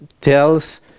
tells